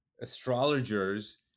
astrologers